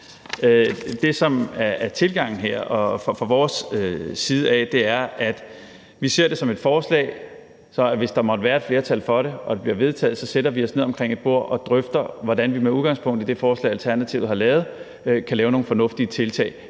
tilgangen her fra vores side, er, at vi ser det som et forslag, så hvis der måtte være flertal for det og det bliver vedtaget, sætter vi os ned omkring et bord og drøfter, hvordan vi med udgangspunkt i det forslag, Alternativet har lavet, kan lave nogle fornuftige tiltag,